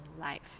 life